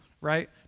right